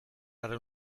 ara